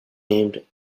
named